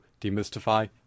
demystify